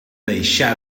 deixà